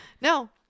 no